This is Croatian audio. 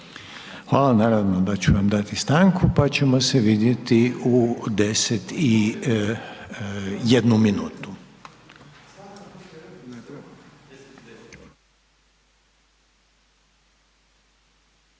Hvala, naravno da ću vam dati stanku, pa ćemo se vidjeti u 10,01.